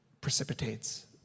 precipitates